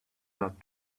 that